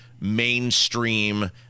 mainstream